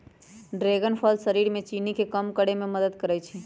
dragon फल शरीर में चीनी के कम करे में मदद करई छई